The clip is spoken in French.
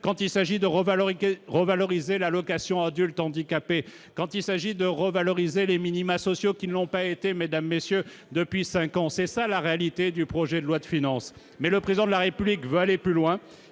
quand il s'agit de revaloriser revaloriser l'allocation adulte handicapé quand il s'agit de revaloriser les minima sociaux qui n'ont pas été mesdames messieurs depuis 5 ans, c'est ça la réalité du projet de loi de finances, mais le président de la République veut aller plus loin